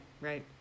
right